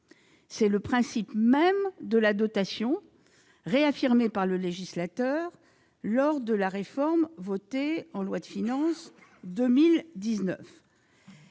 C'est le principe même de la dotation, réaffirmé par le législateur lors de la réforme votée en loi de finances pour